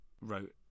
wrote